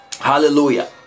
Hallelujah